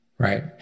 Right